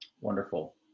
Wonderful